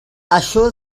això